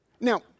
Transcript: Now